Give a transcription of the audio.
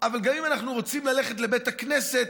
אבל גם אם אנחנו רוצים ללכת לבית הכנסת,